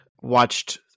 Watched